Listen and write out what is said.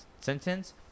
sentence